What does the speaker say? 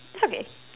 it's okay